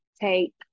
take